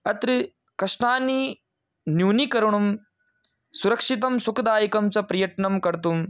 अत्र कष्टानि न्यूनीकरणं सुरक्षितं सुखदायकञ्च प्रयत्नं कर्तुं